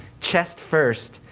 chest first,